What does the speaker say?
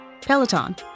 Peloton